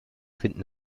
finden